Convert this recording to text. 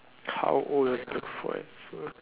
how old you want to look for it